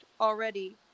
already